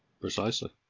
Precisely